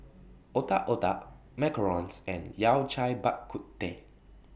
Otak Otak Macarons and Yao Cai Bak Kut Teh